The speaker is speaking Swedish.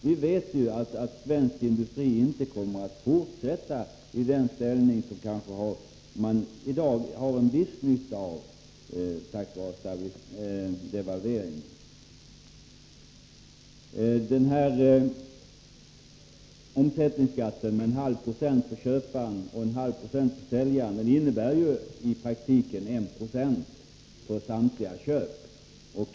Vi vet att svensk industri i fortsättningen inte kommer att ha den ställning som den i dag kanske har på grund av att den har haft en viss nytta av devalveringen. Omsättningsskatten med en halv procent för köparen och en halv procent " för säljaren innebär i praktiken en procent på samtliga köp.